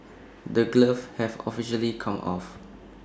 the gloves have officially come off